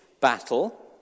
battle